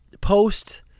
post